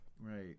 right